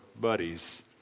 buddies